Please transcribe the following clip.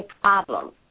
problem